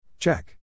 Check